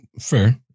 Fair